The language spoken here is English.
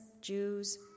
Jews